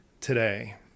today